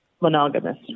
monogamous